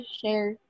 share